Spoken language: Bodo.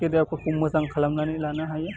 केरियारफोरखौ मोजां खालामनानै लानो हायो